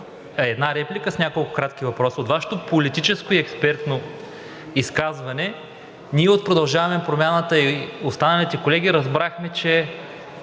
една реплика с няколко кратки въпроса. От Вашето политическо и експертно изказване ние от „Продължаваме Промяната“ и останалите колеги разбрахме, че